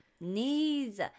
knees